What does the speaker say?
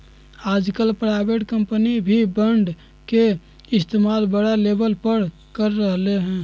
आजकल private company भी bond के इस्तेमाल बड़ा लेवल पर कर रहले है